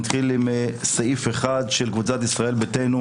נתחיל עם סעיף 1 של קבוצת ישראל ביתנו,